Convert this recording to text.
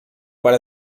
para